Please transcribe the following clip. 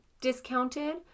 discounted